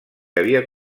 havia